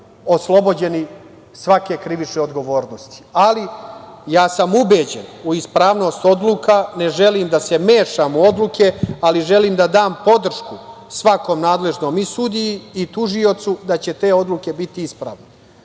oslobođeni svake krivične odgovornosti. Ja sam ubeđen u ispravnost odluka, ne želim da se mešam u odluke, ali želim da da podršku svakom nadležnom i sudiji i tužiocu da će te odluke biti ispravne. Ako